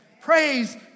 Praise